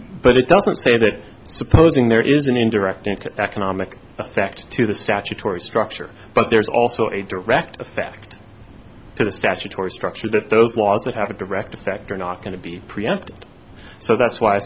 but it doesn't say that supposing there is an indirect economic effect to the statutory structure but there's also a direct effect to the statutory structure that those laws that have a direct effect are not going to be preempted so that's why i